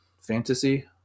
Fantasy